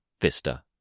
Vista